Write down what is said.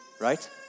right